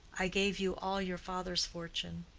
i gave you all your father's fortune.